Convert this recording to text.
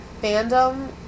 fandom